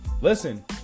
Listen